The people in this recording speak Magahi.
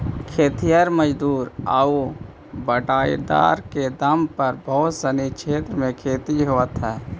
खेतिहर मजदूर आउ बटाईदार के दम पर बहुत सनी क्षेत्र में खेती होवऽ हइ